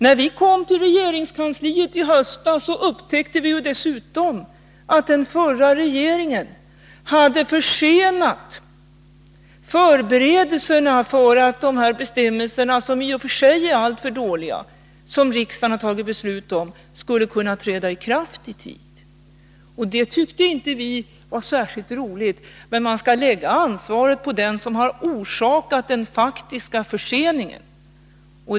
När vi kom till regeringskansliet i höstas upptäckte vi dessutom att den förra regeringen hade försenat förberedelserna för att dessa bestämmelser — som i och för sig är alltför dåliga — som riksdagen har fattat beslut om skulle kunna träda i kraft i tid. Vi tyckte inte att det var särskilt roligt. Men man skall lägga ansvaret på den som har orsakat den faktiska förseningen.